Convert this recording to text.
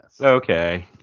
okay